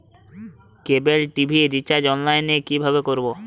কেবল TV recharge online এ কিভাবে করব?